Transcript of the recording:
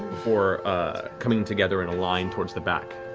before coming together in a line towards the back.